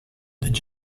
did